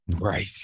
right